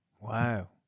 Wow